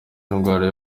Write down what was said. indwara